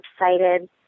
excited